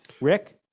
Rick